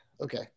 Okay